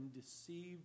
deceived